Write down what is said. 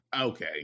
Okay